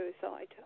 suicide